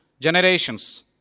generations